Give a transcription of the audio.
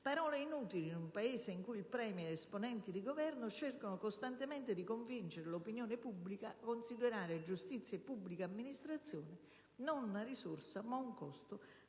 Parole inutili in un Paese in cui il *Premier* ed esponenti di Governo cercano costantemente di convincere l'opinione pubblica a considerare giustizia e pubblica amministrazione non una risorsa, ma un costo